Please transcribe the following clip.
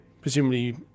presumably